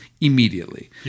immediately